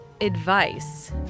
advice